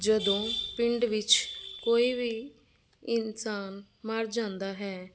ਜਦੋਂ ਪਿੰਡ ਵਿੱਚ ਕੋਈ ਵੀ ਇਨਸਾਨ ਮਰ ਜਾਂਦਾ ਹੈ